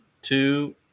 Two